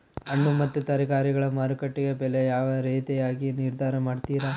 ಹಣ್ಣು ಮತ್ತು ತರಕಾರಿಗಳ ಮಾರುಕಟ್ಟೆಯ ಬೆಲೆ ಯಾವ ರೇತಿಯಾಗಿ ನಿರ್ಧಾರ ಮಾಡ್ತಿರಾ?